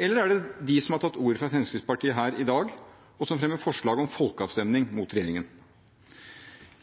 Eller er det de som har tatt ordet for Fremskrittspartiet her i dag, og som fremmer forslag om folkeavstemning, mot regjeringen?